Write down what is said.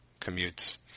commutes